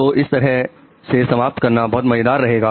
तो इस तरह से समाप्त करना बहुत मजेदार रहेगा